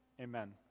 Amen